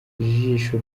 jisho